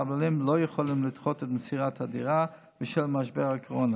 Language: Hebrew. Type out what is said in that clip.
הקבלנים לא יכולים לדחות את מסירת הדירה בשל משבר הקורונה.